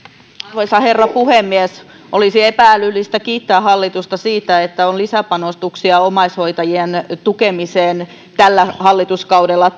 arvoisa herra puhemies olisi epä älyllistä olla kiittämättä hallitusta siitä että on lisäpanostuksia omaishoitajien tukemiseen tällä hallituskaudella